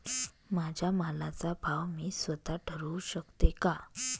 माझ्या मालाचा भाव मी स्वत: ठरवू शकते का?